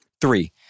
Three